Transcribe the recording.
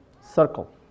circle